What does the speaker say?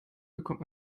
bekommt